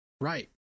Right